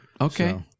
okay